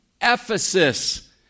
Ephesus